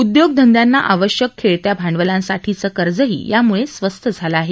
उद्योगधंना आवश्यक खेळत्या भांडवलासाठीचं कर्जही यामुळे स्वस्त झालं आहे